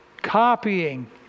copying